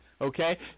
okay